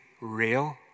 real